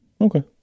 Okay